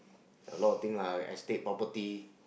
a lot of thing lah got estate property